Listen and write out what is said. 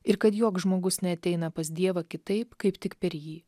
ir kad joks žmogus neateina pas dievą kitaip kaip tik per jį